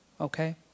okay